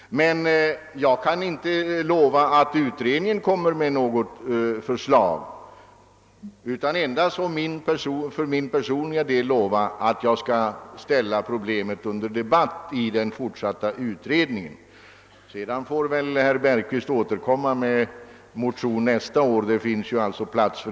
Jag kan dock inte lova att beredningen kommer att lägga fram något förslag, men i så fall har ju herr Bergqvist alltid möjlighet att återkomma med motion nästa år.